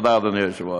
תודה, אדוני היושב-ראש.